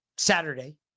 saturday